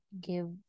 give